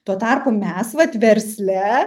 tuo tarpu mes vat versle